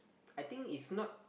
I think it's not